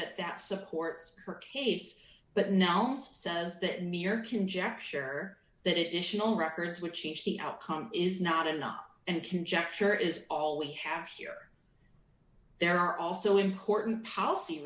that that supports her case but now most says that mere conjecture that issue no records will change the outcome is not enough and conjecture is all we have here there are also important policy